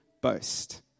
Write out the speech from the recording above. boast